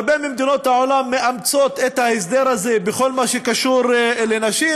הרבה ממדינות העולם מאמצות את ההסדר הזה בכל מה שקשור לנשים,